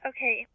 Okay